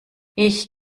ich